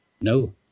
No